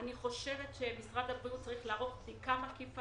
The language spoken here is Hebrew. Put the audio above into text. אני חושבת שמשרד הבריאות צריך לערוך בדיקה מקיפה